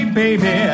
baby